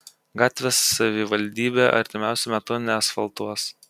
gatvės savivaldybė artimiausiu metu neasfaltuos